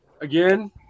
again